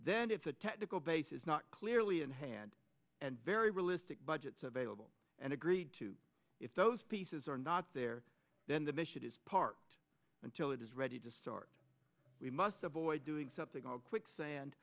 then it's a technical base is not clearly in hand and very realistic budgets available and agreed to if those pieces are not there then the mission is parked until it is ready to start we must avoid doing something or quicksand